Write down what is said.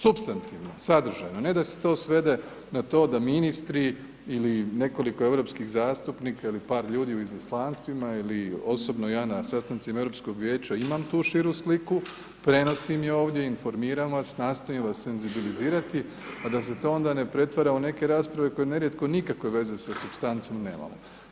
Supstantivno, sadržajno, ne da se to svede na to da ministri ili nekoliko europskih zastupnika ili par ljudi u izaslanstvima, ili osobno ja na sastancima europskog Vijeća imam tu širu sliku, prenosim ju ovdje, informiram vas, nastojim vas senzibilizirati, a da se to onda ne pretvara u neke rasprave koje nerijetko nikakve veze sa supstancom nemamo.